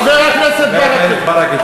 חבר הכנסת ברכה,